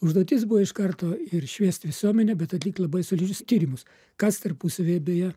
užduotis buvo iš karto ir šviest visuomenę bet atlikt labai solidžius tyrimus kas tarpusavyje beje